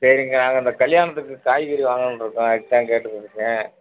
சரிங்க்கா நாங்கள் இந்த கல்யாணத்துக்கு காய்கறி வாங்கலாம்ன்ருக்கோம் அதுக்குதான் கேட்டுக்கிட்டுருக்கேன்